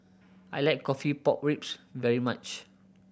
I like coffee pork ribs very much